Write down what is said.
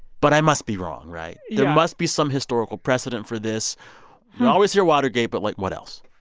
but i must be wrong, right? there must be some historical precedent for this. you always hear watergate, but, like, what else?